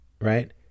right